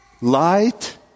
Light